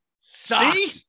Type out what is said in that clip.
See